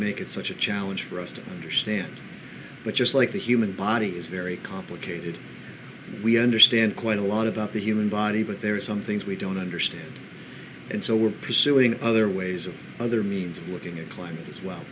make it such a challenge for us to understand but just like the human body is very complicated we understand quite a lot about the human body but there are some things we don't understand and so we're pursuing other ways of other means of looking at climate as well